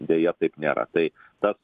deja taip nėra tai tas